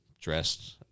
dressed